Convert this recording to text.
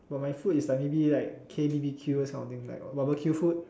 but my food is like maybe like K_B_B_Q this kind of things like barbecue food